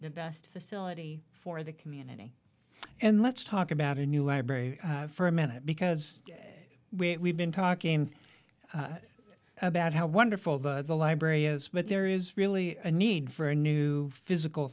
e best facility for the community and let's talk about a new library for a minute because we been talking about how wonderful the the library is but there is really a need for a new physical